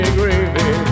gravy